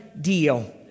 deal